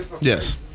Yes